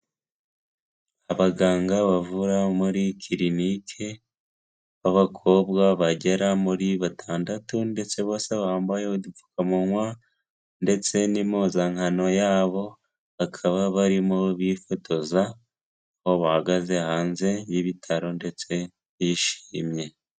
Abaganga bavura muri kirinike b'abakobwa bagera muri batandatu ndetse bose bambaye udupfukamunwa ndetse n'impuzankano yabo, bakaba barimo bifotoza aho bahagaze hanze y'ibitaro ndetse bishimye.